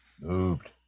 Moved